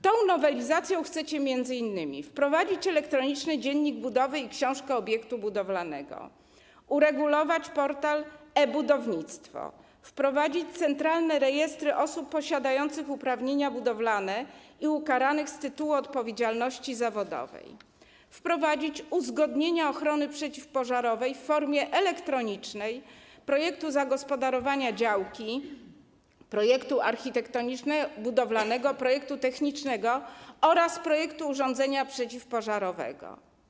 Tą nowelizacją chcecie m.in. wprowadzić elektroniczny dziennik budowy i książkę obiektu budowlanego, uregulować portal e-Budownictwo, wprowadzić centralne rejestry osób posiadających uprawnienia budowlane i ukaranych z tytułu odpowiedzialności zawodowej, wprowadzić uzgodnienia ochrony przeciwpożarowej w formie elektronicznej: projektu zagospodarowania działki, projektu architektoniczno-budowlanego, projektu technicznego oraz projektu urządzenia przeciwpożarowego.